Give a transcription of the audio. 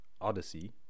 Odyssey